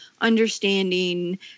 understanding